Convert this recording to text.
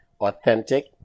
Authentic